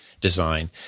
design